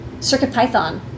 CircuitPython